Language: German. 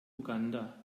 uganda